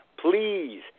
Please